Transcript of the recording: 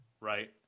right